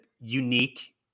unique